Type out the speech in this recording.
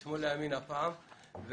שוב,